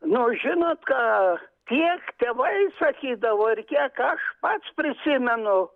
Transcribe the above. na žinot ką tiek tėvai sakydavo ir kiek aš pats prisimenu